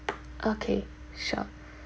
okay sure